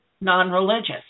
non-religious